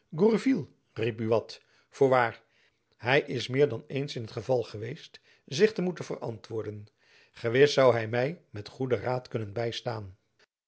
gourville riep buat voorwaar hy is meer dan eens in het geval geweest zich te moeten verantwoorden gewis zoû hy my met goeden raad kunnen bystaan